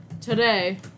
Today